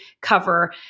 cover